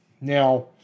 Now